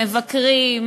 מבקרים,